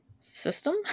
System